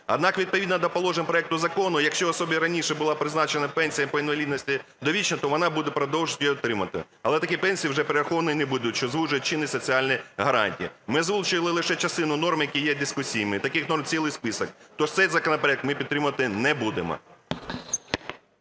Однак відповідно до положень проекту закону, якщо особі раніше була призначена пенсія по інвалідності довічно, то вона буде продовжувати її отримувати. Але такі пенсії уже перераховані не будуть, що звужує чинні соціальні гарантії. Ми залишили лише частину норм, які є дискусійними, таких норм цілий список. Тож цей законопроект ми підтримувати не будемо.